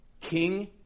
King